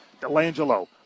Delangelo